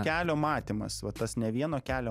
kelio matymas vat tas ne vieno kelio